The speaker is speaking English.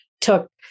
took